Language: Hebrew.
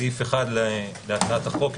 סעיף 1 להצעת החוק,